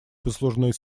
послужной